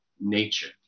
nature